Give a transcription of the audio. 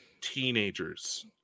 teenagers